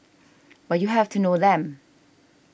but you have to know them